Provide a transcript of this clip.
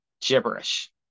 gibberish